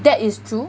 that is true